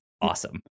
awesome